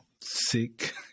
sick